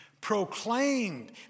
proclaimed